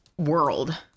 world